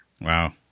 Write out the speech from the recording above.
Wow